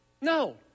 No